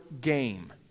game